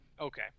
Okay